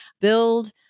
build